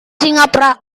singapura